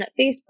Facebook